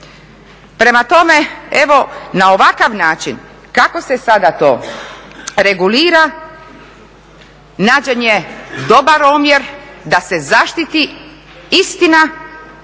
Prema tome, evo na ovakav način kako se sada to regulira nađen je dobar omjer da se zaštiti istina,